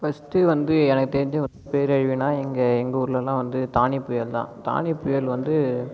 first வந்து எனக்கு தெரிஞ்ச ஒரு பேரழிவுனா எங்கள் எங்கள் ஊரிலெலாம் வந்து தானே புயல் தான் தானே புயல் வந்து